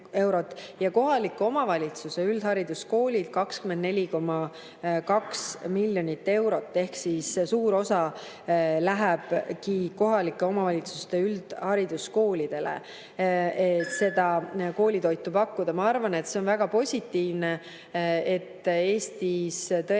ja kohaliku omavalitsuse üldhariduskoolid 24,2 miljonit eurot. Seega suur osa läheb kohalike omavalitsuste üldhariduskoolidele, et seda koolitoitu pakkuda. Ma arvan, et see on väga positiivne, et Eestis tõesti